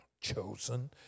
chosen